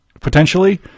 potentially